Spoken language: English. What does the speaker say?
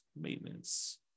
Maintenance